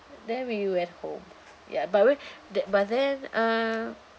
then we went home ya but with that but then uh